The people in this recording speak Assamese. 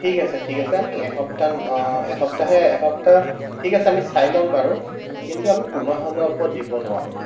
ঠিক আছে ঠিক আছে আমি এসপ্তাহ এসপ্তাহে এসপ্তাহ ঠিক আছে আমি চাই ল'ম বাৰু কিন্তু আমি পোন্ধৰ হাজাৰ ওপৰত দিব নোৱাৰোঁ